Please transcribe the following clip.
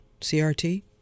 CRT